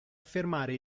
fermare